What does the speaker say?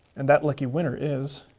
and that lucky winner is